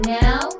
now